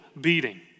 beating